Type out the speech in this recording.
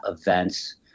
events